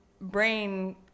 brain